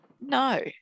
no